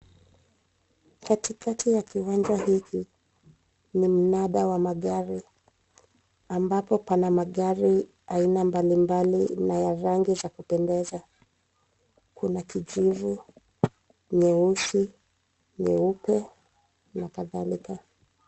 Katikati ya kiwanja hiki kuna mnada wa magari ambapo pana magari aina mbalimbali na ya rangi za kupendeza. Kuna kijivu, nyeusi, nyeupe na kadhalika.